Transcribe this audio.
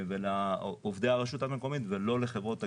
ולעובדי הרשות המקומית ולא לחברות הגבייה,